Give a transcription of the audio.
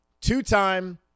two-time